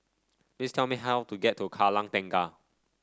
please tell me how to get to Kallang Tengah